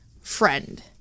friend